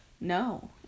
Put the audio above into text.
no